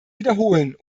wiederholen